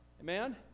Amen